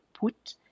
put